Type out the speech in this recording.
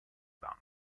banco